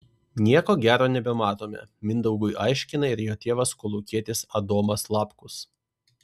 nieko gero nebematome mindaugui aiškina ir jo tėvas kolūkietis adomas lapkus